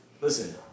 listen